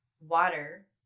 water